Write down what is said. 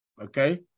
Okay